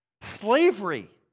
Slavery